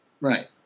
Right